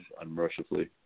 unmercifully